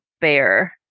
bear